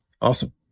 Awesome